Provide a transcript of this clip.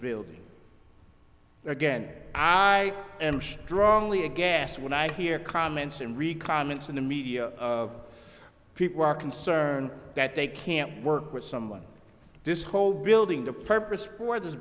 ability again i am strongly aghast when i hear comments in re comments in the media of people are concerned that they can't work with someone this whole building the purpose for this